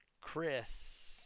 Chris